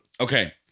Okay